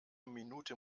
minute